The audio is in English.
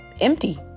empty